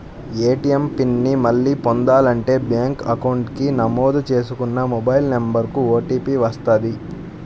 ATM PIN ని మళ్ళీ పొందాలంటే బ్యేంకు అకౌంట్ కి నమోదు చేసుకున్న మొబైల్ నెంబర్ కు ఓటీపీ వస్తది